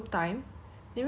korean dramas ah